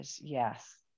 yes